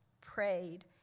prayed